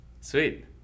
sweet